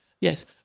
Yes